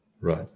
Right